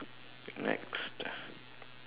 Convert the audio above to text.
next